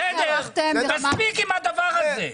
בסדר, מספיק עם הדבר הזה.